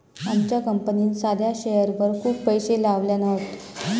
आमच्या कंपनीन साध्या शेअरवर खूप पैशे लायल्यान हत